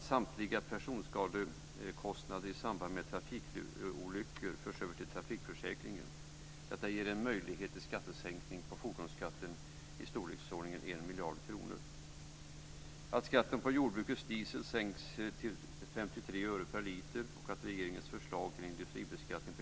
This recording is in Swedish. Samtliga personskadekostnader i samband med trafikolyckor förs över till trafikförsäkringen. Detta ger en möjlighet till sänkning av fordonsskatten med i storleksordningen 1 miljard kronor. Sist, men inte minst, vill vi se ett yrkesfiskaravdrag och ett fiskekonto